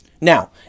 Now